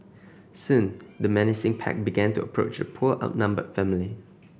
soon the menacing pack began to approach the poor outnumbered family